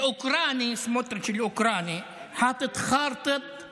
סמוטריץ' האוקראיני שם את מפת